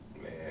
Man